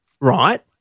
right